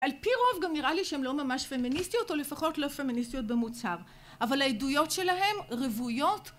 על פי רוב גם נראה לי שהם לא ממש פמיניסטיות או לפחות לא פמיניסטיות במוצהר אבל העדויות שלהם רוויות